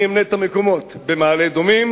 אני אמנה את המקומות: במעלה-אדומים,